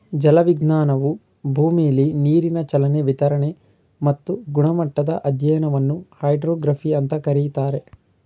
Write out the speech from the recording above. ಜಲವಿಜ್ಞಾನವು ಭೂಮಿಲಿ ನೀರಿನ ಚಲನೆ ವಿತರಣೆ ಮತ್ತು ಗುಣಮಟ್ಟದ ಅಧ್ಯಯನವನ್ನು ಹೈಡ್ರೋಗ್ರಫಿ ಅಂತ ಕರೀತಾರೆ